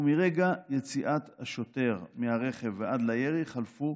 ומרגע יציאת השוטר מהרכב ועד לירי חלפו